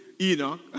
Enoch